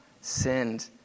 sinned